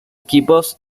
equipos